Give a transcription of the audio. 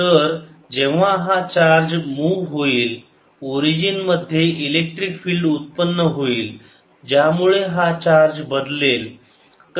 तर जेव्हा हा चार्ज मुव होईल ओरिजिन मध्ये इलेक्ट्रिक फील्ड उत्पन्न होईल ज्यामुळे हा चार्ज बदलेल